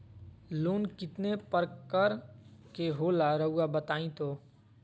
Loan कितने पारकर के होला रऊआ बताई तो?